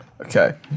Okay